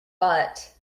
but